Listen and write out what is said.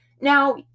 Now